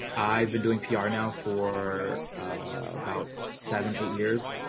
i've been doing pr now for about seven, eight years.